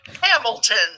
Hamilton